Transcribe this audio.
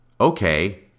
Okay